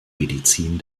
medizin